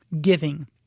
giving